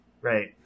right